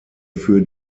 für